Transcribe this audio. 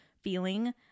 feeling